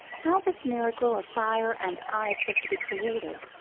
how this miracle of fire and ice was to be created,